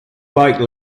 bike